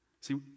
See